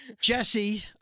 Jesse